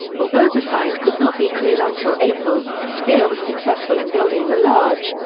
although the site could not be cleared until april, speer was successful in building the large,